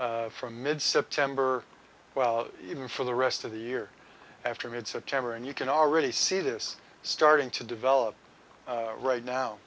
from mid september well even for the rest of the year after mid september and you can already see this starting to develop right now